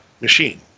machine